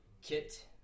kit